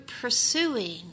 pursuing